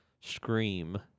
scream